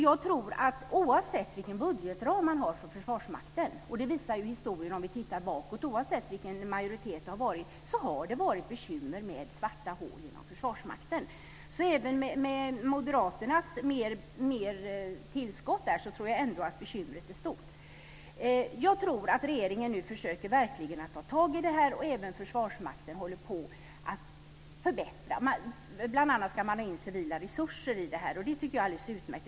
Jag tror att oavsett vilken budgetram man har för Försvarsmakten, och det visar ju också historien om vi tittar bakåt, oavsett vilken majoritet det har varit så har det varit bekymmer med svarta hål inom Försvarsmakten. Så även med Moderaternas tillskott tror jag ändå att bekymret är stort. Jag tror att regeringen nu verkligen försöker ta tag i det här. Även Försvarsmakten håller på att förbättra sig. Bl.a. ska man ha in civila resurser i det här. Det tycker jag är alldeles utmärkt.